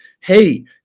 hey